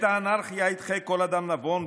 את האנרכיה ידחה כל אדם נבון,